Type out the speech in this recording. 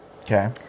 Okay